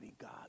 God